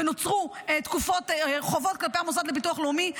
ונוצרו חובות כלפי המוסד לביטוח הלאומי,